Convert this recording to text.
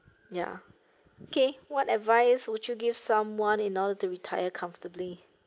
ya okay what advice would you give someone in order to retire comfortably